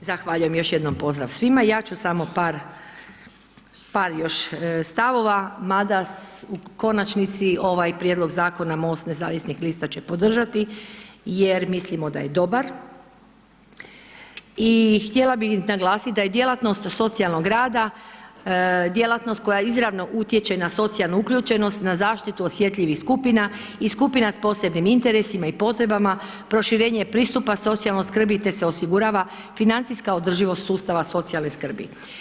Da, zahvaljujem još jednom pozdrav svima, ja ću samo par, par još stavova, mada u konačnici ovaj prijedlog Zakona MOST nezavisnih lista će podržati jer mislimo da je dobar i htjela bi naglasiti da je djelatnost socijalnog rada djelatnost koja izravno utječe na socijalnu uključenost, na zaštitu osjetljivih skupina i skupina s posebnim interesima i potrebama, proširenje pristupa socijalnoj skrbi, te se osigurava financijska održivost sustava socijalne skrbi.